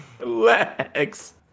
Relax